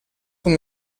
come